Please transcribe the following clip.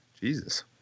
Jesus